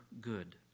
good